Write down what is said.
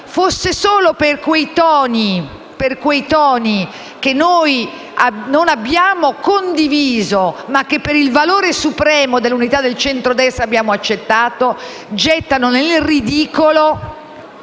anche solo i toni, che noi non abbiamo condiviso, ma che per il valore supremo dell'unità del centrodestra abbiamo accettato, gettano nel ridicolo